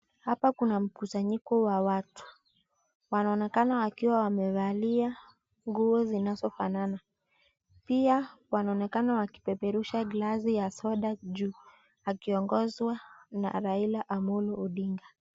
Hapa kuna mkusanyiko wa watu, wanaonekana wakiwa wamevalia nguo zinazofanana pia wanaonekana wakipeperusha glass ya soda juu akiongozwa na Raila Amolo Odinga.